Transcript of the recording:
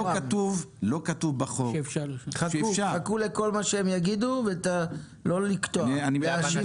לא כתוב בחוק שאפשר להאריך את התקופה.